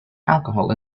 alcohol